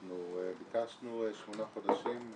אתמול ביקשנו שמונה חודשים,